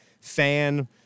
fan